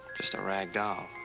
just a rag doll.